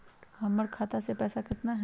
हमर खाता मे पैसा केतना है?